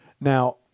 Now